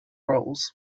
roles